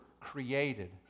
created